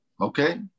Okay